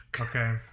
Okay